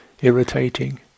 irritating